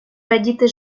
радіти